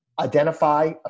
identify